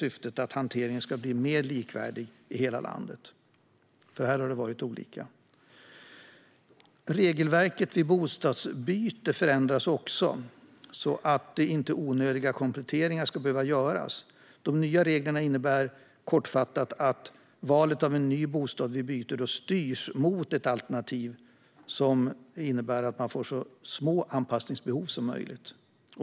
Syftet är att hanteringen ska bli mer likvärdig i hela landet, för den har varit olika. Regelverket vid bostadsbyte förändras också så att inte onödiga kompletteringar ska behöva göras. De nya reglerna innebär kortfattat att valet av en ny bostad vid byte styrs mot ett alternativ som innebär att man får så små anpassningsbehov som möjligt.